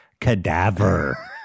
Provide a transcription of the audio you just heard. cadaver